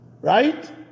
Right